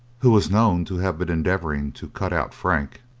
who was known to have been endeavouring to cut out frank.